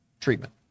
treatment